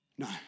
No